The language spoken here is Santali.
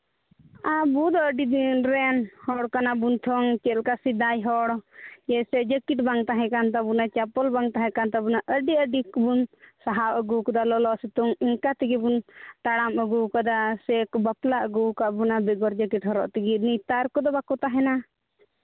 ᱟᱵᱚ ᱫᱚ ᱟᱹᱰᱤ ᱫᱤᱱ ᱨᱮᱱ ᱦᱚᱲ ᱠᱟᱱᱟ ᱵᱚᱱ ᱛᱷᱚ ᱪᱮᱫ ᱞᱮᱠᱟ ᱥᱮᱫᱟᱭ ᱦᱚᱲ ᱡᱮᱭᱥᱮ ᱡᱤᱠᱤᱴ ᱵᱟᱝ ᱛᱟᱦᱮᱸ ᱠᱟᱱ ᱛᱟᱵᱚᱱᱟ ᱪᱟᱯᱯᱚᱞ ᱵᱟᱝ ᱛᱟᱦᱮᱸ ᱠᱟᱱ ᱛᱟᱵᱚᱱᱟ ᱟᱹᱰᱤ ᱟᱹᱰᱤ ᱠᱚᱵᱚᱱ ᱥᱟᱦᱟᱣ ᱟᱹᱜᱩ ᱟᱠᱟᱫᱟ ᱞᱚᱞᱚ ᱥᱤᱛᱩᱝ ᱚᱱᱠᱟ ᱛᱮᱜᱮ ᱵᱚᱱ ᱛᱟᱲᱟᱢ ᱟᱹᱜᱩ ᱟᱠᱟᱫᱟ ᱥᱮᱵᱚᱱ ᱵᱟᱯᱞᱟ ᱟᱹᱜᱩ ᱟᱠᱟᱫ ᱟᱵᱚᱱ ᱵᱮᱜᱚᱨ ᱡᱮᱠᱮᱴ ᱦᱚᱨᱚᱜ ᱛᱮᱜᱮ ᱱᱮᱛᱟᱨ ᱠᱚᱫᱚ ᱵᱟᱠᱚ ᱛᱟᱦᱮᱱᱟ